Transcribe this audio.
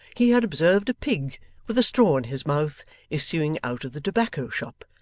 he had observed a pig with a straw in his mouth issuing out of the tobacco-shop,